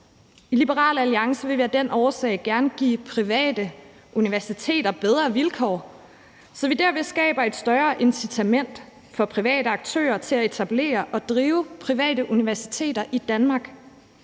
I Liberal Alliance vil vi af den årsag gerne give private universiteter bedre vilkår, så vi derved skaber et større incitament for private aktører til at etablere og drive private universiteter i Danmark,